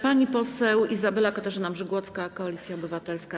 Pani poseł Izabela Katarzyna Mrzygłocka, Koalicja Obywatelska.